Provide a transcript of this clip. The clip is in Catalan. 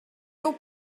meu